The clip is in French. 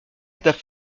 étape